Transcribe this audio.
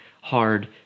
hard